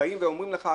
ואומרים לך,